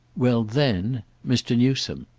well, then' mr. newsome.